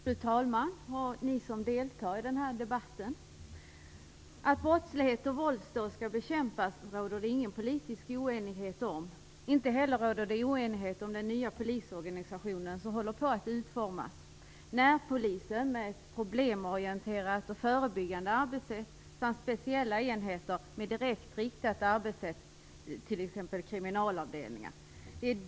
Fru talman! Ni som deltar i debatten! Att brottslighet och våldsdåd skall bekämpas råder det ingen politisk oenighet om. Det råder inte heller någon oenighet om den nya polisorganisation som håller på att utformas med närpolisen, som har ett problemorienterat och förebyggande arbetssätt, och med speciella enheter som har ett direkt riktat arbetssätt, t.ex. kriminalavdelningar.